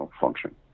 function